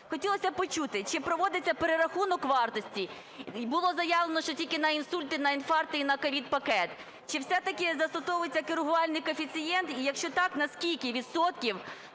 Хотілося б почути, чи проводиться перерахунок вартості. Було заявлено, що тільки на інсульти, на інфаркти і на COVID-пакет. Чи все-таки застосовується коригувальний коефіцієнт? І якщо так, наскільки відсотків